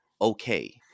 okay